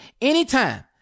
anytime